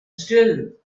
still